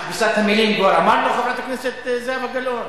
מכבסת המלים כבר אמרנו, חברת הכנסת זהבה גלאון?